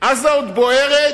עזה עוד בוערת,